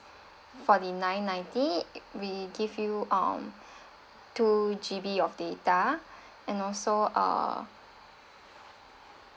forty nine ninety we give you um two G_B of data and also uh